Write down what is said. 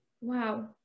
wow